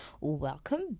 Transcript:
welcome